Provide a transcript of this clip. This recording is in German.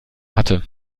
hatte